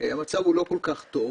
כל כך טוב.